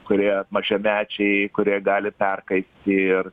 kurie mažamečiai kurie gali perkaisti ir